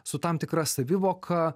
su tam tikra savivoka